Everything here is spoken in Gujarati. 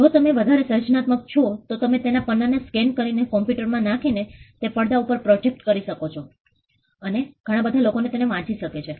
જો તમે વધારે સર્જનાત્મક છો તો તમે તેના પન્નાને સ્કેન કરી ને કોમ્પ્યુટર માં નાખી ને તેને પડદા ઉપર પ્રોજેક્ટ કરી શકો છો અને ઘણા બધા લોકો તેને વાંચી શકે છે